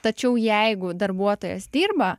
tačiau jeigu darbuotojas dirba